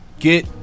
get